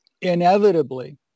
Inevitably